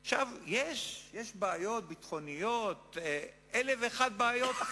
עכשיו, יש בעיות: ביטחוניות, אלף ואחת בעיות.